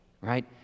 right